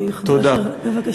תודה.